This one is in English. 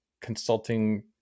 consulting